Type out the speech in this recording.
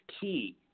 key